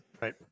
Right